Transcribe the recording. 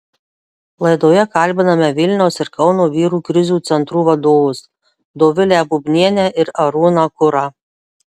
laidoje kalbiname vilniaus ir kauno vyrų krizių centrų vadovus dovilę bubnienę ir arūną kurą